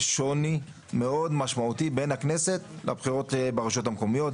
יש שוני מאוד משמעותי בין הכנסת לבחירות ברשויות המקומיות,